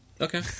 Okay